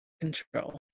control